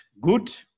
good